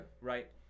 right